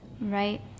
right